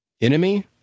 Enemy